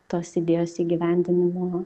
tos idėjos įgyvendinimo